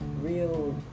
real